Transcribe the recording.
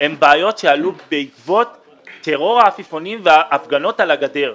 הן בעיות שעלו בעקבות טרור העפיפונים וההפגנות על הגדר.